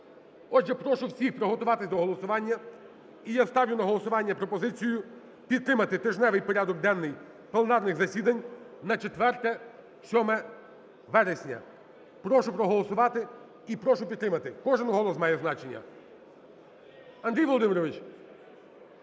Отже, прошу всіх приготуватися до голосування. І я ставлю на голосування пропозицію підтримати тижневий порядок денний пленарних засідань на 4-7 вересня. Прошу проголосувати і прошу підтримати, кожен голос має значення. Андрій Володимирович.